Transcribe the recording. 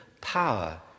power